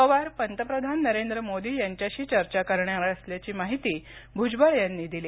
पवार पंतप्रधान नरेंद्र मोदी यांच्याशी चर्चा करणार असल्याची माहिती भूजबळ यांनी दिली